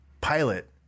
pilot